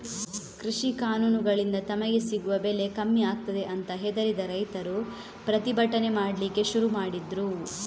ಕೃಷಿ ಕಾನೂನುಗಳಿಂದ ತಮಗೆ ಸಿಗುವ ಬೆಲೆ ಕಮ್ಮಿ ಆಗ್ತದೆ ಅಂತ ಹೆದರಿದ ರೈತರು ಪ್ರತಿಭಟನೆ ಮಾಡ್ಲಿಕ್ಕೆ ಶುರು ಮಾಡಿದ್ರು